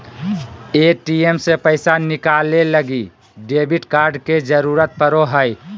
ATM से पैसा निकाले लगी डेबिट कार्ड के जरूरत पड़ो हय